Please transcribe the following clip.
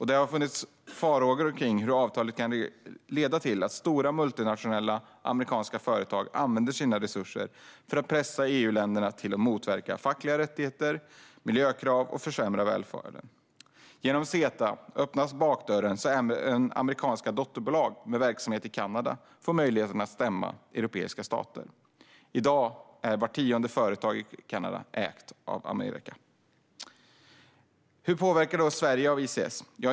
Det har funnits farhågor om hur avtalet skulle kunna leda till att stora multinationella amerikanska företag använder sina resurser för att pressa EU-länder till att motverka fackliga rättigheter och miljökrav och försämra välfärden. Genom CETA öppnas bakdörren så att även amerikanska dotterbolag med verksamhet i Kanada får möjlighet att stämma europeiska stater. I dag är vart tionde företag i Kanada amerikanskägt. Hur påverkas Sverige av ICS?